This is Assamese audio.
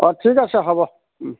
অঁ ঠিক আছে হ'ব